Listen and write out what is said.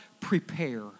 prepare